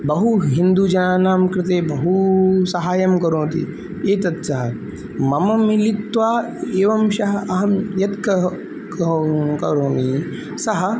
बहु हिन्दुजनानां कृते बहुसहायं करोति एतत् सः मम मिलित्वा एवं सः अहं यत् कं करोमि सः